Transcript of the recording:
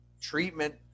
treatment